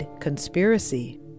conspiracy